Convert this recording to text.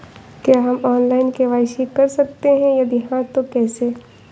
क्या हम online KYC कर सकते हैं यदि हाँ तो कैसे?